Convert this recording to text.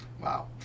Wow